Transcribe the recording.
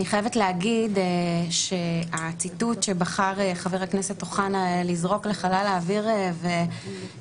אני חייבת להגיד שהציטוט שבחר חבר הכנסת אוחנה לזרוק לחלל האוויר וללכת,